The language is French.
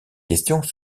questions